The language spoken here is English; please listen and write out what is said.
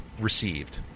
received